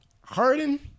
Harden